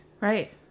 Right